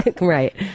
right